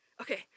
Okay